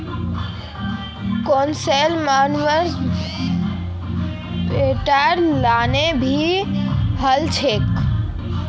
concessional लोनक soft loan भी कह छे